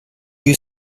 you